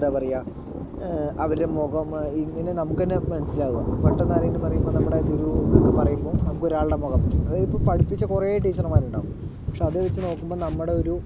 എന്താ പറയുക അവരുടെ മുഖം ഇങ്ങനെ നമുക്ക് തന്നെ മനസിലാവുക പെട്ടെന്ന് ആരെങ്കിലും പറയുമ്പോൾ നമ്മുടെ ഗുരു എന്നൊക്കെ പറയുമ്പോൾ നമുക്ക് ഒരാളുടെ മുഖം അതായത് ഇപ്പോൾ പഠിപ്പിച്ച കുറേ ടീച്ചറുമാരുണ്ടാകും പക്ഷെ അതുവെച്ച് നോക്കുമ്പോൾ നമ്മുടെ ഒരു